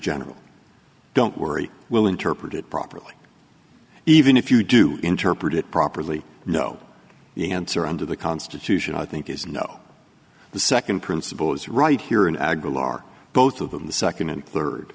general don't worry we'll interpret it properly even if you do interpret it properly no the answer under the constitution i think is no the second principle is right here in aguilar both of them the second and third